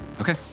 okay